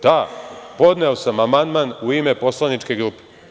Da, podneo sam amandman u ime poslaničke grupe.